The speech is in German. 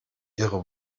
ihre